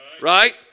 right